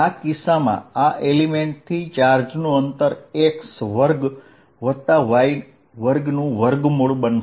આ કિસ્સામાં આ એલીમેન્ટથી ચાર્જનું અંતર x2y2 બનશે